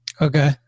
Okay